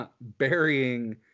burying